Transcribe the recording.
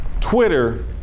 Twitter